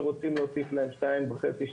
שרוצים להוסיף להם שתיים וחצי,